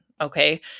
Okay